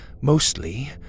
mostly